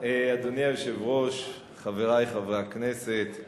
אדוני היושב-ראש, חברי חברי הכנסת,